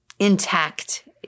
Intact